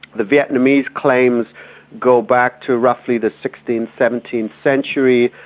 the vietnamese claims go back to roughly the sixteenth-seventeenth century,